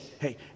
Hey